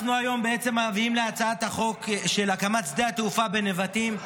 היום אנחנו בעצם מביאים הצעת חוק של הקמת שדה התעופה בנבטים.